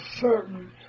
certain